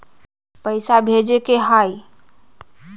पैसा भेजे के हाइ?